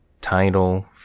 Title